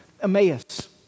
Emmaus